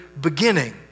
beginning